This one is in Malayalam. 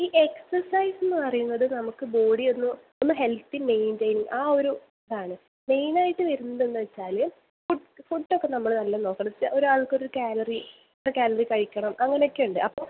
ഈ എക്സസൈസ് എന്ന് പറയുന്നത് നമുക്ക് ബോഡി ഒന്ന് ഒന്ന് ഹെൽത്തി മെയിൻറെയിൻ ആ ഒരു ഇതാണ് മെയിൻ ആയിട്ട് വരുന്നതെന്ന് വെച്ചാൽ ഫുഡ് ഫുഡ് ഒക്കെ നമ്മൾ തന്നെ നോക്കണം ച ഒരാൾക്ക് ഒരു ക്യാലറി ഇത്ര ക്യാലറി കഴിക്കണം അങ്ങനെ ഒക്കെയുണ്ട് അപ്പോൾ